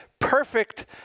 Perfect